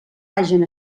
hagen